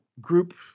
group